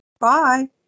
Bye